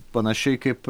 panašiai kaip